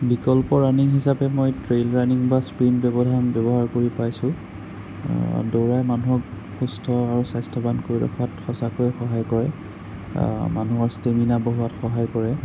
বিকল্প ৰাণিং হিচাপে মই ট্ৰেইল ৰাণিং বা স্পীন ব্যৱধান ব্যৱহাৰ কৰি পাইছোঁ দৌৰে মানুহক সুস্থ আৰু স্বাস্থ্যৱান কৰি ৰখাত সঁচাকৈয়ে সহায় কৰে মানুহৰ ষ্টেমিনা বঢ়োৱাত সহায় কৰে